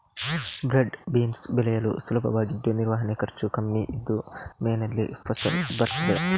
broad beans ಬೆಳೆಯಲು ಸುಲಭವಾಗಿದ್ದು ನಿರ್ವಹಣೆ ಖರ್ಚು ಕಮ್ಮಿ ಇದ್ದು ಮೇನಲ್ಲಿ ಫಸಲು ಬರ್ತದೆ